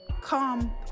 come